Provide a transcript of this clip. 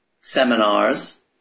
seminars